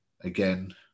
again